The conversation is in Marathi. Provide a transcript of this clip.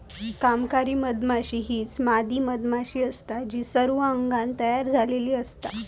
कामकरी मधमाशी हीच मादी मधमाशी असता जी सर्व अंगान तयार झालेली असता